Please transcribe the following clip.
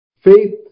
faith